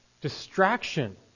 distraction